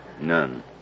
None